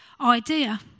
idea